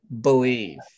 believe